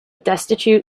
destitute